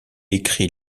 écrit